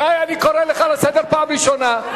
שי, אני קורא אותך לסדר פעם ראשונה.